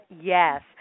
Yes